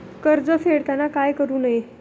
कर्ज फेडताना काय करु नये?